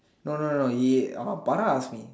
no no no ya Farah asked me